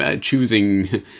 choosing